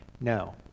No